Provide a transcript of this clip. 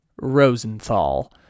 Rosenthal